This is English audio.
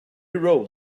rolled